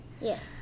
yes